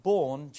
Born